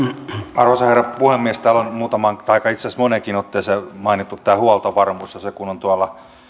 arvoisa herra puhemies täällä on muutamaan tai itse asiassa aika moneenkin otteeseen mainittu tämä huoltovarmuus ja se kun on tuolla